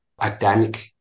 academic